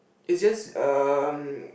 is just um